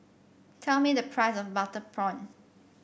tell me the price of Butter Prawn